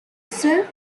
ser